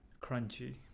Crunchy